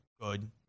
good